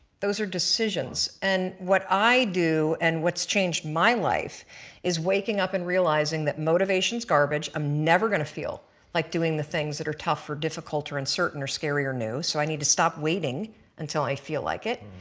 those are decisions. and what i do and what's changed my life is waking up and realizing that motivation is garbage i'm never going to feel like doing the things that are tough or difficult or uncertain or scary or new so i need to stop waiting until i feel like it.